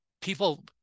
people